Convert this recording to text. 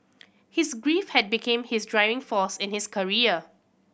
his grief had became his driving force in his career